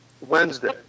Wednesday